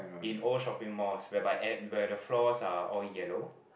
in old shopping malls whereby at where the floors are all yellow